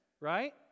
right